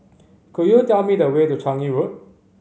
could you tell me the way to Changi Road